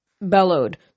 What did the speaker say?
bellowed